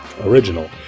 original